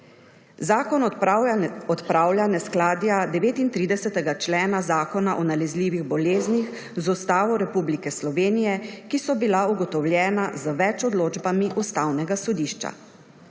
Zakon odpravlja neskladja 39. člena Zakona o nalezljivih boleznih z Ustavo Republike Slovenije, ki so bila ugotovljena z več odločbami Ustavnega sodišča.